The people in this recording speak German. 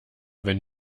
wenn